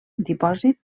dipòsit